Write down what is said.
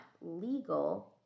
legal